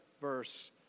verse